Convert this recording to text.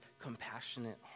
compassionate